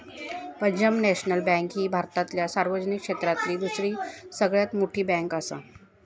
Punjab national bank ही भारतातल्या सार्वजनिक क्षेत्रातली दुसरी सगळ्यात मोठी बँकआसा